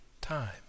time